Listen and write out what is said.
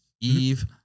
eve